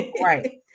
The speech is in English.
Right